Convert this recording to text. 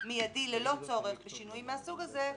מיידי ללא צורך בשינויים מהסוג הזה,